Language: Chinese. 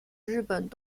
日本